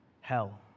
hell